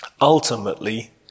ultimately